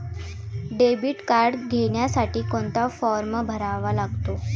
Debit card घेण्यासाठी कोणता form भरावा लागतो?